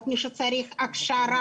אם צריך לתת עוד הכשרה.